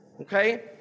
Okay